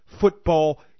football